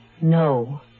No